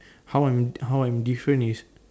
how I'm how I'm different is